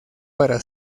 para